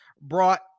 brought